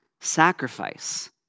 sacrifice